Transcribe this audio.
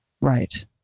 Right